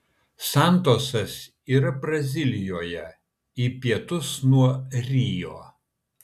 santosas yra brazilijoje į pietus nuo rio